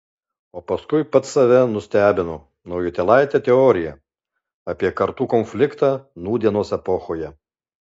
o paskui pats save nustebino naujutėlaite teorija apie kartų konfliktą nūdienos epochoje